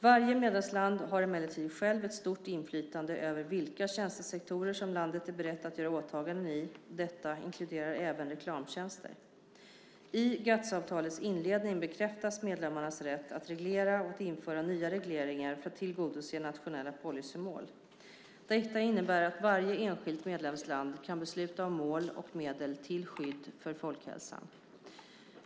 Varje medlemsland har emellertid själv ett stort inflytande över vilka tjänstesektorer som landet är berett att göra åtaganden i, och detta inkluderar även reklamtjänster. I GATS-avtalets inledning bekräftas medlemmarnas rätt att reglera och att införa nya regleringar för att tillgodose nationella policymål. Detta innebär att varje enskilt medlemsland kan besluta om mål och medel till skydd för folkhälsan.